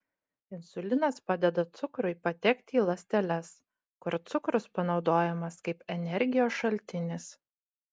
insulinas padeda cukrui patekti į ląsteles kur cukrus panaudojamas kaip energijos šaltinis